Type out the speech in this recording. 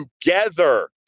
together